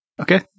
Okay